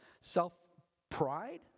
Self-pride